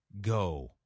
go